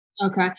Okay